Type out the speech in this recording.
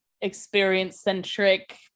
experience-centric